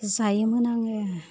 जायोमोन आङो